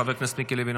חבר הכנסת מיקי לוי,